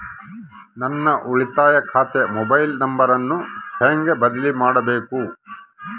ನನ್ನ ಉಳಿತಾಯ ಖಾತೆ ಮೊಬೈಲ್ ನಂಬರನ್ನು ಹೆಂಗ ಬದಲಿ ಮಾಡಬೇಕು?